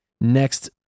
next